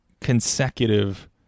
consecutive